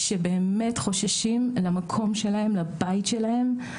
שבאמת חוששים למקום שלהם, לבית שלהם.